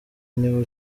niwe